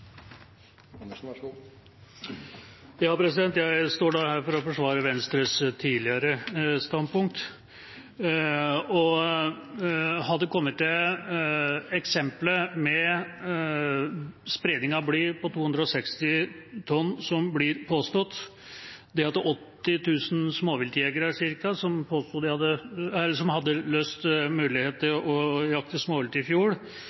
Jeg står her for å forsvare Venstres tidligere standpunkt og hadde kommet til eksemplet med den påståtte spredninga av bly på 260 tonn. Det var ca. 80 000 småviltjegere som hadde løst mulighet til å jakte småvilt i fjor,